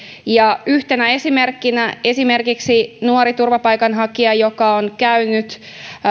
yhtenä esimerkkinä nuori turvapaikanhakija joka on käynyt